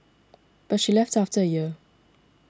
but she left after a year